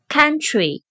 Country